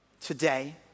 today